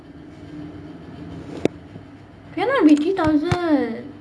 cannot be three thousand